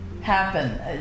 happen